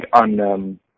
on